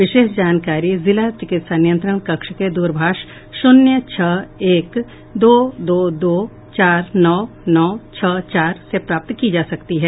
विशेष जानकारी जिला चिकित्सा नियंत्रण कक्ष के दूरभाष संख्या शून्य छह एक दो दो दो चार नौ नौ छह चार से प्राप्त की जा सकती है